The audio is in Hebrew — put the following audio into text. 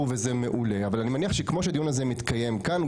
אבל אני מניח שכפי שהדיון הזה מתקיים כאן,